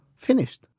Finished